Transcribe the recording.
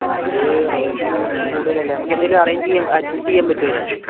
അത് റേറ്റ് കുറച്ച് കൂടുതലല്ലേ നമുക്കെന്തെങ്കിലും അറേഞ്ച് ചെയ്യാൻ അഡ്ജസ്റ്റ് ചെയ്യാൻ പറ്റുവോ അതിനകത്ത്